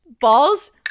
balls